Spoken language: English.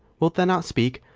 wilt thou not speak?